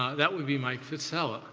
that would be mike fisell.